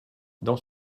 dans